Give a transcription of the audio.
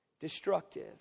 destructive